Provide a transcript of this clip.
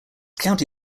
county